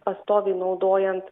pastoviai naudojant